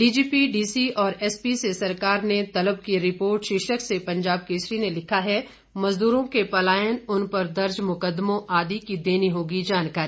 DGP DC और SP से सरकार ने तलब की रिपोर्ट शीर्षक से पंजाब केसरी ने लिखा है मजदूरों के पलायन उन पर दर्ज मुकदमों आदि की देनी होगी जानकारी